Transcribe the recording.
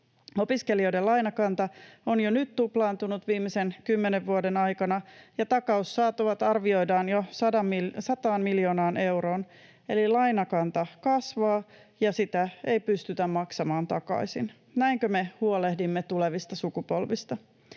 Opiskelijoiden lainakanta on jo nyt tuplaantunut viimeisen kymmenen vuoden aikana, ja takaussaatavat arvioidaan jo 100 miljoonaan euroon. Eli lainakanta kasvaa, ja sitä ei pystytä maksamaan takaisin. Näinkö me huolehdimme tulevista sukupolvista?